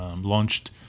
launched